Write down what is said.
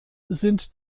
sind